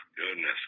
Goodness